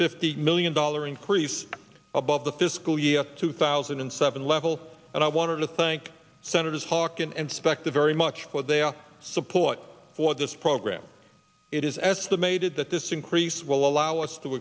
fifty million dollar increase above the fiscal year two thousand and seven level and i want to thank senators harkin and specter very much for they are support for this program it is estimated that this increase will allow us to